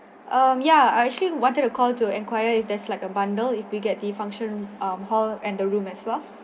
um ya I actually wanted to call to inquire if there's like a bundle if we get the function hall and the room as well